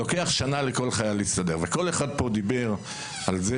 לוקח שנה לכל חייל להסתדר וכל אחד פה דיבר על זה